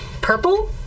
purple